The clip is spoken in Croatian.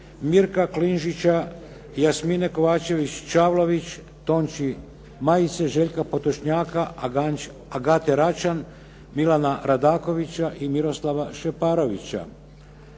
Mirka Klinžića i Jasmine Kovačević-Čavlović, Tonči Majice, Željka Potočnjaka, Agate Račan, Milana Radakovića i Miroslava Šeparovića.